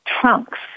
trunks